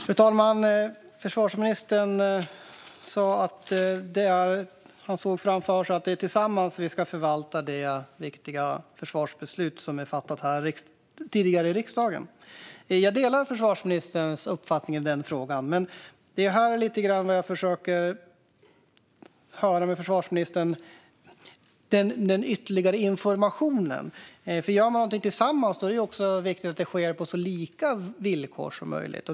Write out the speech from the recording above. Fru talman! Försvarsministern såg framför sig att det är tillsammans vi ska förvalta det viktiga försvarsbeslut som tidigare har fattats i riksdagen. Jag delar försvarsministerns uppfattning i den frågan, men det är här jag lite grann försöker höra med försvarsministern om den ytterligare informationen. Gör man någonting tillsammans är det nämligen viktigt att det sker på så lika villkor som möjligt.